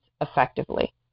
effectively